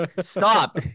stop